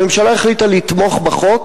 הממשלה החליטה לתמוך בהצעת החוק,